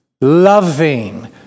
loving